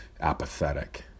apathetic